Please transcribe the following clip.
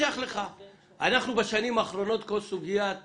בשנים האחרונות, כל סוגיית